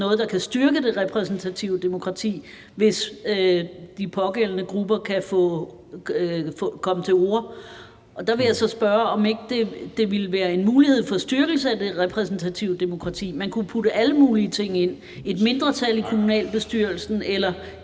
noget, der kan styrke det repræsentative demokrati, hvis de pågældende grupper kan komme til orde. Der vil jeg så spørge, om det ikke ville være en mulighed for at styrke det repræsentative demokrati. Man kunne putte alle mulige ting ind i det – det kunne være et mindretal i kommunalbestyrelsen eller